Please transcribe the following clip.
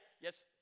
Yes